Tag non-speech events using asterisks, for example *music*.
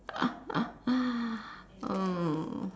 *laughs* mm